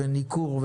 ניכור,